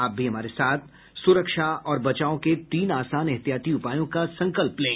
आप भी हमारे साथ सुरक्षा और बचाव के तीन आसान एहतियाती उपायों का संकल्प लें